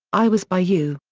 i was by you.